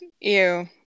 ew